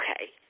okay